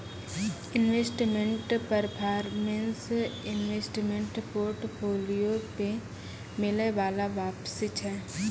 investment performance investment portfolio पे मिलै बाला वापसी छै